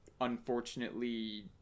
unfortunately